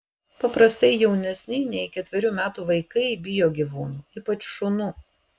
paprastai jaunesni nei ketverių metų vaikai bijo gyvūnų ypač šunų